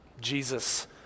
Jesus